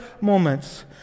moments